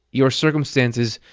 your circumstances,